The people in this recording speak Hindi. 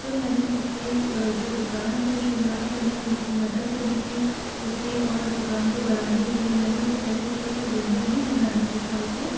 तो मैं उसके जो दुकान को शुरुआत करने में उसकी मदद करी थी उसके और दुकान को बढ़ाने के लिए मैंने उसे तरह तरह के व्यंजन भी बनाना सिखाए थे